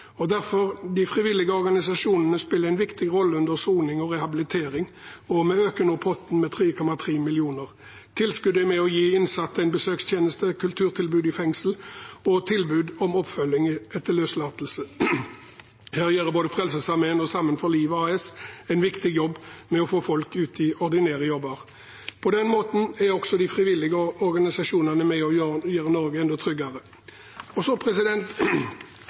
De frivillige organisasjonene spiller en viktig rolle under soning og rehabilitering, og vi øker nå potten med 3,3 mill. kr. Tilskuddet er med på å gi innsatte en besøkstjeneste, kulturtilbud i fengsel og tilbud om oppfølging etter løslatelse. Her gjør både Frelsesarmeen og Sammen for livet AS en viktig jobb med å få folk ut i ordinære jobber. På den måten er også de frivillige organisasjonene med på å gjøre Norge enda tryggere. Jeg lytter til kritikken fra Senterpartiet og